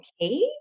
okay